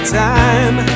time